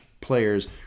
players